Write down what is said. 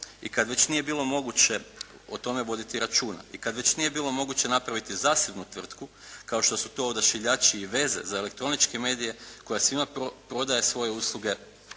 i kad već nije bilo moguće o tome voditi računa i kad već nije bilo moguće napraviti zasebnu tvrtku kao što su to odašiljači i veze za elektroničke medije koja svima prodaje svoje usluge